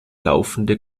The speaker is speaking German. laufende